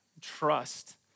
Trust